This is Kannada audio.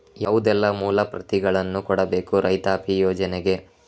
ಯಾವುದೆಲ್ಲ ಮೂಲ ಪ್ರತಿಗಳನ್ನು ಕೊಡಬೇಕು ರೈತಾಪಿ ಯೋಜನೆಗೆ?